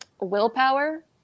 willpower